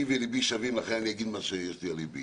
פי וליבי שווים, לכן אני אגיד מה שיש לי על ליבי.